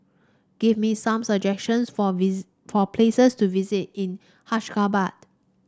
give me some suggestions for place for places to visit in Ashgabat